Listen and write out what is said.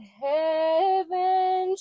heaven